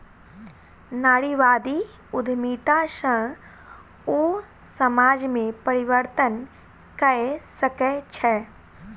नारीवादी उद्यमिता सॅ ओ समाज में परिवर्तन कय सकै छै